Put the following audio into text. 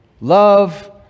Love